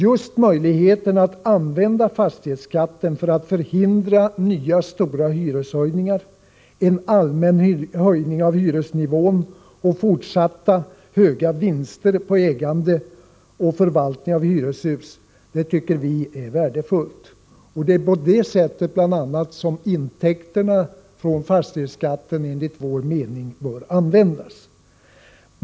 Just möjligheten att använda fastighetsskatten för att förhindra nya stora hyreshöjningar, en allmän höjning av hyresnivån och fortsatta höga vinster på ägande och förvaltning av hyreshus, tycker vi är värdefull. Det är bl.a. på det sättet intäkterna från fastighetsskatten enligt vår mening bör användas.